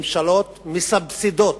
מסבסדות